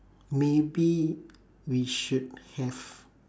maybe we should have